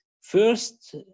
First